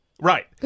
Right